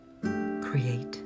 create